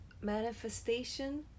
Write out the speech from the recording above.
manifestation